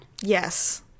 Yes